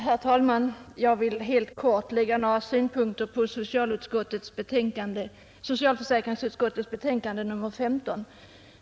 Herr talman! Jag vill helt kort anlägga några synpunkter på socialförsäkringsutskottets betänkande nr 15.